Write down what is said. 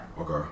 Okay